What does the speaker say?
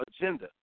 agenda